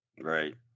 Right